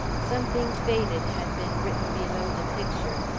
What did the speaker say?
something faded had been written below the picture,